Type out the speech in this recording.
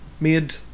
made